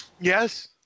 yes